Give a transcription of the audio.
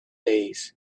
days